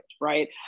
right